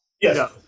Yes